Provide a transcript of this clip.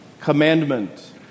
commandment